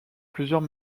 plusieurs